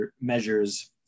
measures